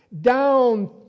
down